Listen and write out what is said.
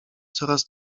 coraz